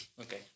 okay